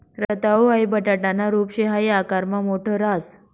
रताळू हाई बटाटाना रूप शे हाई आकारमा मोठ राहस